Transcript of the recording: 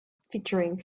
featuring